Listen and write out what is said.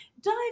dive